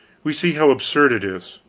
we see how absurd it is